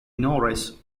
norris